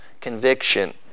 Conviction